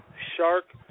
Shark